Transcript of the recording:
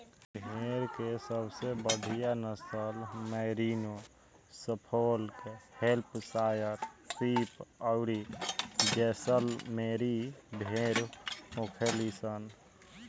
भेड़ के सबसे बढ़ियां नसल मैरिनो, सफोल्क, हैम्पशायर शीप अउरी जैसलमेरी भेड़ होखेली सन